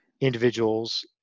individuals